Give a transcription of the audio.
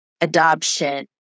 adoption